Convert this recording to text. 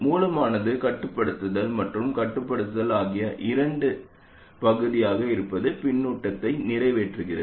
மூலமானது கட்டுப்படுத்துதல் மற்றும் கட்டுப்படுத்துதல் ஆகிய இரண்டின் ஒரு பகுதியாக இருப்பது பின்னூட்டத்தை நிறைவேற்றுகிறது